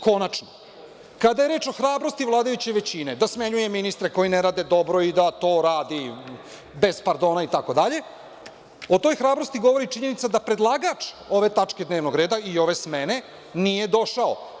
Konačno, kada je reč o hrabrosti vladajuće većine da smenjuje ministre koji ne rade dobro i da to radi bez pardona, o toj hrabrosti govori činjenica da predlagač ove tačke dnevnog reda i ove smene nije došao.